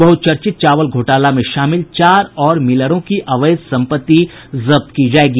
बहुचर्चित चावला घोटाला में शामिल चार और मिलरों की अवैध संपत्ति जब्त की जायेगी